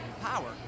power